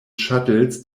shuttles